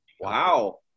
Wow